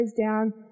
down